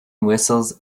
whistles